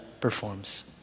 performs